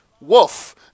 Woof